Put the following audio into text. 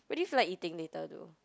what do you feel like eating later though